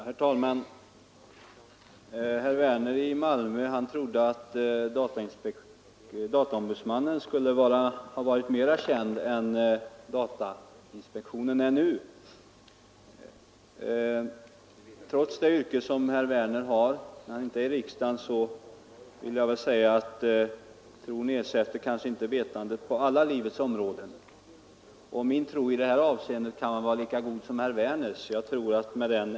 Herr talman! Herr Werner i Malmö trodde att dataombudsmannen skulle bli mer känd än datainspektionen är nu. Trots det yrke herr Werner har utanför riksdagen vill jag säga att tron kanske inte ersätter vetandet på alla livets områden. Min tro i detta avseende kan vara lika god som herr Werners.